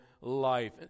life